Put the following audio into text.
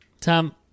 Tom